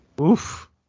Oof